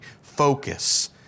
focus